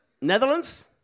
Netherlands